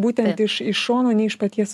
būtent iš iš šono ne iš paties